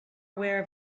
aware